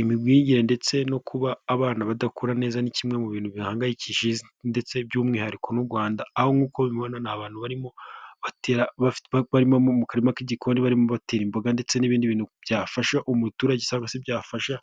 Imigwigire ndetse no kuba abana badakura neza, ni kimwe mu bintu bihangayikishije Isi ndetse by'umwihariko n'u Rwanda, aho nk'uko mubibona ni abantu barimo mu karima k'igikoni barimo batera imboga ndetse n'ibindi bintu byafasha umuturage cyangwase byafasha